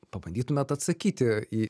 pabandytumėt atsakyti į